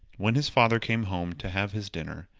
when his father came home to have his dinner,